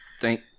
Thank